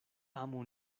amu